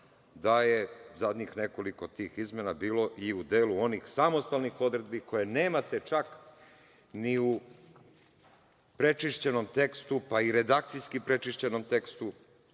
da je zadnjih nekoliko tih izmena bilo i u delu onih samostalnih odredbi koje nemate čak ni u prečišćenom tekstu, pa i redakcijski prečišćenom tekstu,